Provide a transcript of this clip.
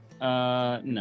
No